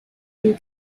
been